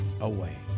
away